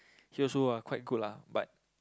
he also ah quite good lah but